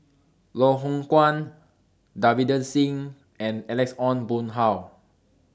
Loh Hoong Kwan Davinder Singh and Alex Ong Boon Hau